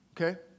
Okay